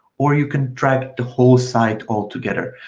or you can drive the whole site all together.